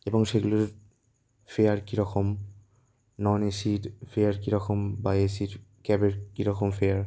এবং সেগুলোর ফেয়ার কী রকম নন এসির ফেয়ার কী রকম বা এসি ক্যাবের কী রকম ফেয়ার